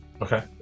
Okay